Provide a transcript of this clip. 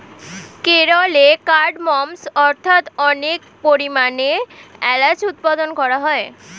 কেরলে কার্ডমমস্ অর্থাৎ অনেক পরিমাণে এলাচ উৎপাদন করা হয়